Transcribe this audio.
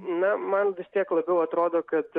na man vis tiek labiau atrodo kad